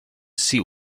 sea